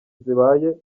zibaye